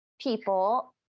people